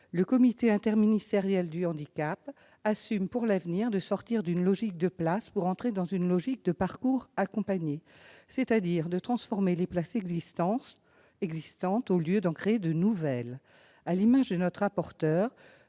Le comité interministériel du handicap assume, pour l'avenir, de « sortir d'une logique de places pour entrer dans une logique de parcours accompagnés », c'est-à-dire de transformer les places existantes au lieu d'en créer de nouvelles. À l'instar de notre rapporteur,